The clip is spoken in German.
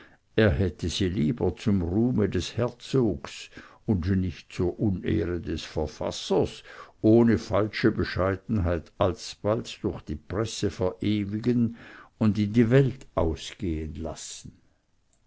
er hätte sie lieber zum ruhme des herzogs und nicht zur unehre des verfassers ohne falsche bescheidenheit alsbald durch die presse verewigen und in die welt ausgehen lassen